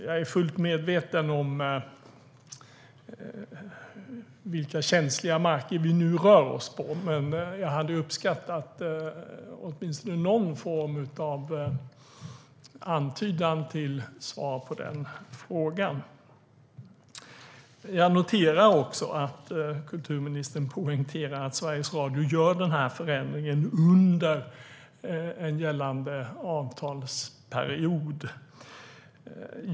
Jag är fullt medveten om vilka känsliga marker vi nu rör oss i, men jag hade uppskattat åtminstone någon form av antydan till svar på den frågan. Jag noterar också att kulturministern poängterar att Sveriges Radio gör den här förändringen under en gällande avtalsperiod.